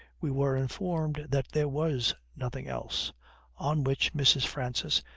we were informed that there was nothing else on which mrs. francis,